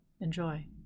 Enjoy